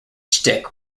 stick